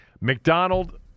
McDonald